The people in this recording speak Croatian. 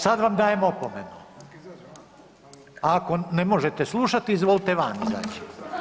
Sad vam dajem opomenu, ako ne možete slušati izvolite van izaći.